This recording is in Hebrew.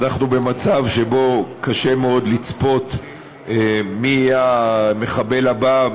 אנחנו במצב שבו קשה מאוד לצפות מי יהיה המחבל הבא,